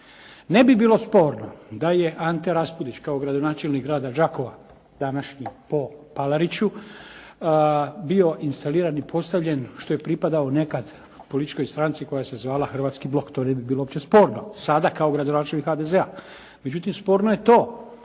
Ne bi bilo sporno da je Ante Raspudić, kao gradonačelnik grada Đakova, današnji po Palariću bio instaliran i postavljen, što je pripadao nekada političkoj stranci koja se zvala Hrvatski blok, to ne bi bilo uopće sporno, sada kao gradonačelnik HDZ-a. Međutim, sporno je to,